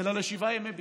אלא לשבעה ימי בידוד,